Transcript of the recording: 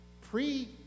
Pre